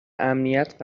امنیت